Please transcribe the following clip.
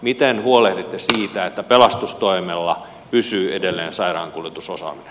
miten huolehditte siitä että pelastustoimella pysyy edelleen sairaankuljetusosaaminen